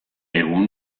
egun